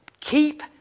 keep